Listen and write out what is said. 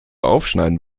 aufschneiden